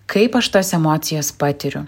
kaip aš tas emocijas patiriu